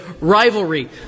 Rivalry